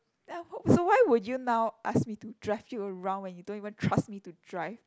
so why would you now ask me to drive you around when you don't even trust me to drive